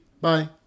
bye